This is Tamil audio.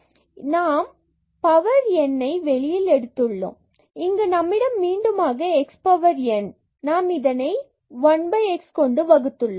ஏனெனில் நாம் x power n வெளியில் எடுத்துள்ளோம் மற்றும் இங்கு நம்மிடம் மீண்டுமாக x power n நாம் இதை 1 x வகுத்துள்ளோம்